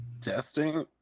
Testing